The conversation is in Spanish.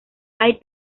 hay